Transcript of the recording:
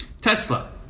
Tesla